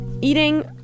Eating